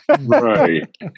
Right